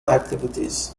activities